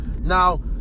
Now